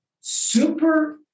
super